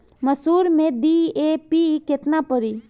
मसूर में डी.ए.पी केतना पड़ी?